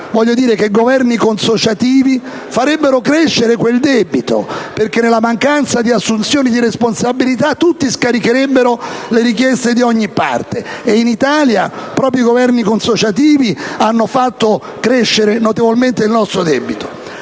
Vorrei dire che i Governi consociativi farebbero crescere quel debito perché, nella mancanza di assunzioni di responsabilità, tutti scaricherebbero le richieste di ogni parte e, in Italia, proprio i Governi consociativi hanno fatto crescere notevolmente il nostro debito.